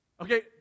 Okay